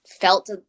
felt